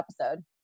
episode